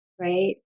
right